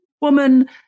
woman